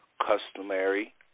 customary